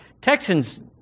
Texans